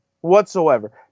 whatsoever